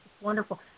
wonderful